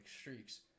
streaks